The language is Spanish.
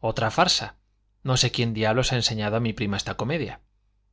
otra farsa no sé quién diablos ha enseñado a mi prima esta comedia